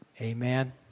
Amen